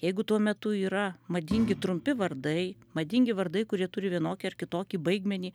jeigu tuo metu yra madingi trumpi vardai madingi vardai kurie turi vienokį ar kitokį baigmenį